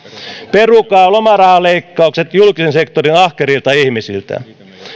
perukaa lomarahaleikkaukset julkisen sektorin ahkerilta ihmisiltä